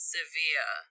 severe